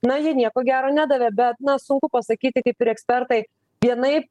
na jie nieko gero nedavė bet na sunku pasakyti kaip ir ekspertai vienaip